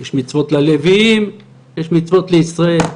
יש מצוות ללוויים ויש מצוות לישראל,